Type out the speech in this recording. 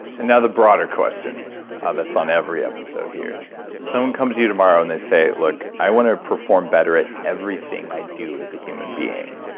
and now the broader question that's on every episode here someone comes to you tomorrow and they say, look, i want to perform better at everything i do as a human being.